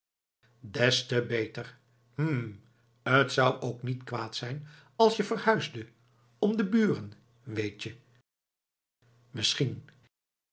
des te beter hm t zou ook niet kwaad zijn als je verhuisde om de buren weet je misschien